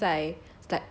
cause like 他 like 现在